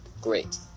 Great